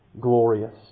glorious